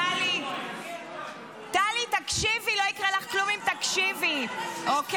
טלי, תקשיבי, לא יקרה לך כלום אם תקשיבי, אוקיי?